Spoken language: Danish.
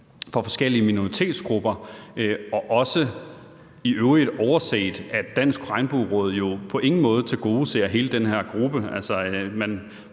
for forskellige minoritetsgrupper, og også i øvrigt overset, at Dansk Regnbueråd på ingen måde tilgodeser hele den her gruppe.